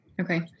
Okay